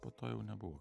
po to jau nebuvo